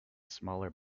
smaller